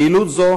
פעילות זו